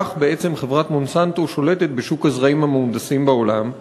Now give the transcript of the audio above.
כך בעצם חברת "מונסנטו" שולטת בשוק הזרעים המהונדסים בעולם,